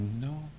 no